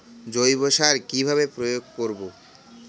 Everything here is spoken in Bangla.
জৈব সার কি ভাবে প্রয়োগ করব?